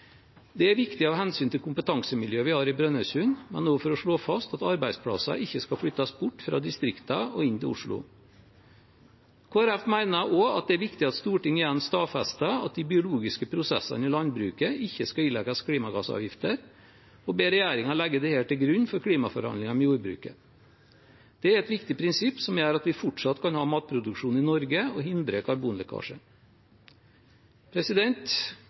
Det er viktig av hensyn til kompetansemiljøet vi har i Brønnøysund, men også for å slå fast at arbeidsplasser ikke skal flyttes bort fra distriktene og inn til Oslo. Kristelig Folkeparti mener også det er viktig at Stortinget igjen stadfester at de biologiske prosessene i landbruket ikke skal utløse klimagassavgifter, og ber regjeringen legge dette til grunn for klimaforhandlingene med jordbruket. Det er et viktig prinsipp, som gjør at vi fortsatt kan ha matproduksjon i Norge og hindre karbonlekkasje.